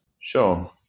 sure